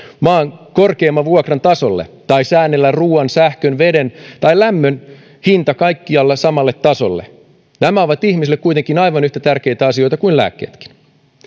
maan korkeimman vuokran tasolle tai säännellä ruoan sähkön veden tai lämmön hinta kaikkialla samalle tasolle nämä ovat ihmisille kuitenkin aivan yhtä tärkeitä asioita kuin lääkkeetkin